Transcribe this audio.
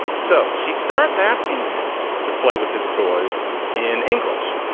so she starts asking him to play with his toys in english,